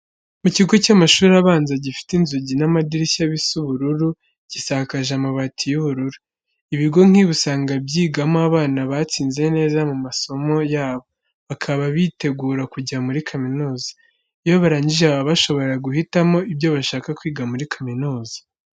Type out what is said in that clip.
Mu kigo cy'amashuri abanza, gifite inzugi n'amadirishya bisa ubururu, gisakaje amabati y'ubururu. Ibigo nk'ibi usanga byigamo abana batsinze neza mu masomo yabo, bakaba bitegura kujya muri kaminuza. Iyo barangije baba bashobora guhitamo ibyo bashaka kwiga muri kaminuza.